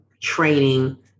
training